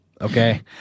Okay